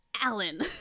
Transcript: Alan